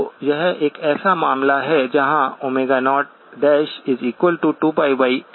तो यह एक ऐसा मामला है जहां 02π32πm है